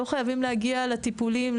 לא חייבים להגיע לטיפולים,